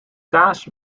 kaas